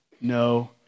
no